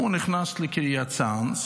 הוא נכנס לקריית צאנז